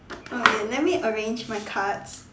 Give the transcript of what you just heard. okay let me arrange my cards